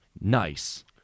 nice